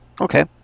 Okay